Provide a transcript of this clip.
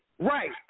Right